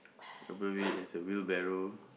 above it there's a wheelbarrel